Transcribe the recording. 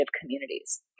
communities